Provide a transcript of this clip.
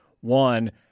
One